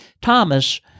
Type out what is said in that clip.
Thomas